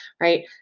right